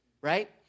right